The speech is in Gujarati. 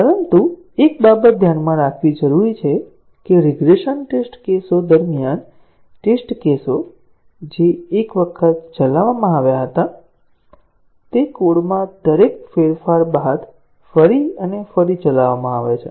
પરંતુ એક બાબત ધ્યાનમાં રાખવી જરૂરી છે કે રીગ્રેસન ટેસ્ટ કેસો દરમિયાન ટેસ્ટ કેસો જે એક વખત ચલાવવામાં આવ્યા હતા તે કોડમાં દરેક ફેરફાર બાદ ફરી અને ફરી ચલાવવામાં આવે છે